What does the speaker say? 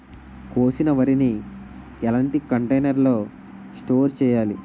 కోసిన వరిని ఎలాంటి కంటైనర్ లో స్టోర్ చెయ్యాలి?